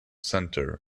center